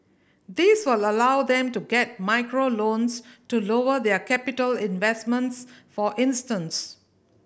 this will allow them to get micro loans to lower their capital investments for instance